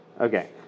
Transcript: Okay